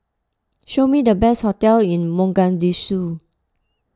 show me the best hotels in Mogadishu